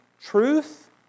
truth